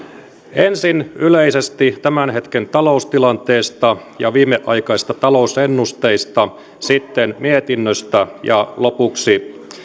ensin yleisesti tämän hetken taloustilanteesta ja viimeaikaisista talousennusteista sitten mietinnöstä ja lopuksi